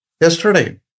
yesterday